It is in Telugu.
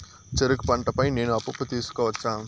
చెరుకు పంట పై నేను అప్పు తీసుకోవచ్చా?